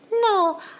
no